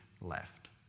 left